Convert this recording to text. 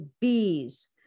bees